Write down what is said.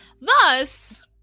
Thus